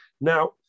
Now